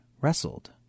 wrestled